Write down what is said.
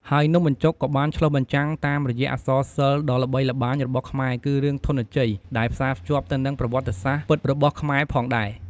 ហើយនំបញ្ចុកក៏បានឆ្លុះបញ្ចាំងតាមរយៈអក្សរសិល្ប៏ដ៏ល្បីល្បាញរបស់ខ្មែរគឺរឿងធន់ជ័យដែលផ្សាភ្ជាប់ទៅនិងប្រវត្តិសាស្ត្រពិតរបស់ខ្មែរផងដែរ។